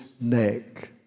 neck